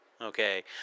okay